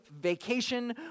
vacation